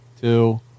two